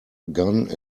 gone